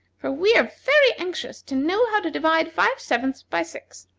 for we are very anxious to know how to divide five-sevenths by six.